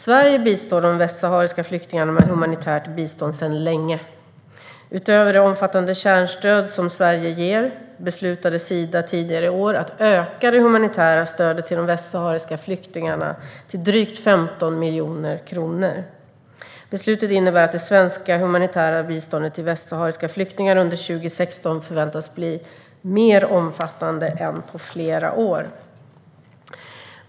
Sverige bistår de västsahariska flyktingarna med humanitärt bistånd sedan länge. Utöver det omfattande kärnstöd som Sverige ger beslutade Sida tidigare i år att öka det humanitära stödet till de västsahariska flyktingarna till drygt 15 miljoner kronor. Beslutet innebär att det svenska humanitära biståndet till västsahariska flyktingar under 2016 förväntas bli mer omfattande än på flera år.